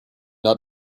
not